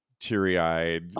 Teary-eyed